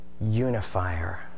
unifier